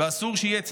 ואסור שיהיה,